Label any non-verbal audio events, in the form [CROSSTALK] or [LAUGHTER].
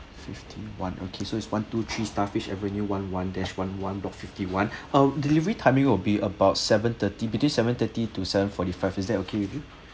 fifty-one okay so is one two three starfish avenue one one dash one one dot fifty-one ah delivery timing will be about seven-thirty between seven-thirty to seven-forty five is that okay with you [BREATH]